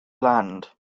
land